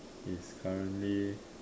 if currently